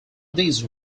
these